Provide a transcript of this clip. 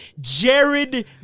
Jared